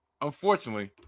unfortunately